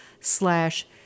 slash